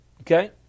Okay